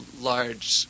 large